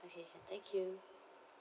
okay can thank you